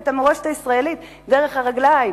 את המורשת הישראלית דרך הרגליים.